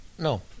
No